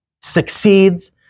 succeeds